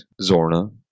Zorna